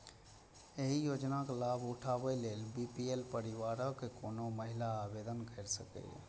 एहि योजनाक लाभ उठाबै लेल बी.पी.एल परिवारक कोनो महिला आवेदन कैर सकैए